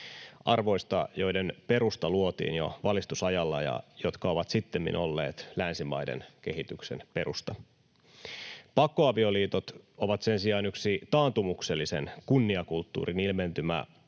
arvoista, joiden perusta luotiin jo valistusajalla ja jotka ovat sittemmin olleet länsimaiden kehityksen perusta. Pakkoavioliitot ovat sen sijaan yksi taantumuksellisen kunniakulttuurin ilmentymä, joka